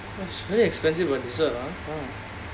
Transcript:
!wah! it's really expensive for a dessert ah